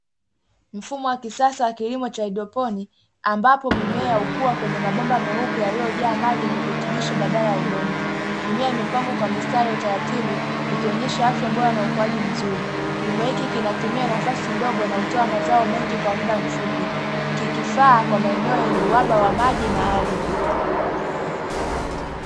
Mfumo wa kisasa wa kilimo cha hydroponi, ambapo mimea hukua kwenye mabomba meupe yaliyojaa maji yenye virutubisho badala ya udongo. Mimea imepangwa kwa mistari ya utaratibu, ikionyesha afya bora na ukuaji mzuri. Kilimo hiki kinatumia nafasi ndogo na hutoa mazao mengi kwa muda mfupi, kikifaa kwa maeneo yenye uhaba wa maji na ardhi.